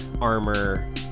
armor